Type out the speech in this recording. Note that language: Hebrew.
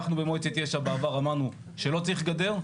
אנחנו במועצת יש"ע בעבר אמרנו שלא צריך גדר,